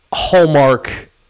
hallmark